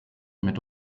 mit